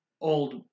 old